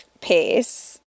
pace